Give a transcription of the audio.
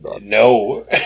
No